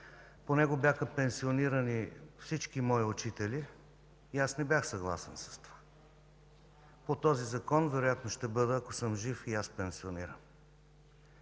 По него бяха пенсионирани всички мои учители и аз не бях съгласен с това. По този закон вероятно, ако съм жив, ще бъда пенсиониран